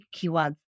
keywords